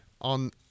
on